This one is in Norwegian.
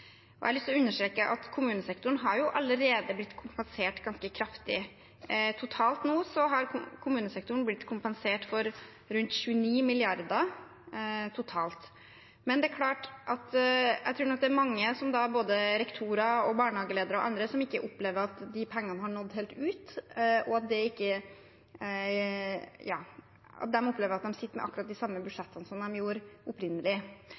Jeg har lyst til å understreke at kommunesektoren har jo allerede blitt kompensert ganske kraftig. Totalt har kommunesektoren nå blitt kompensert for rundt 29 mrd. kr. Men jeg tror nok det er mange, både rektorer, barnehageledere og andre, som opplever at de pengene ikke har nådd helt ut, at de opplever at de sitter med akkurat de samme budsjettene som de gjorde opprinnelig.